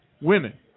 women